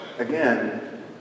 Again